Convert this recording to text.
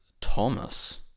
Thomas